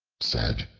said,